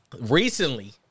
Recently